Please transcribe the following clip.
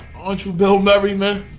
aren't you bill murray, man?